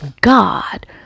God